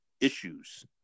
issues